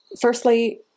Firstly